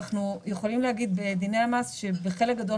אנחנו יכולים להגיד בדיני המס שבחלק גדול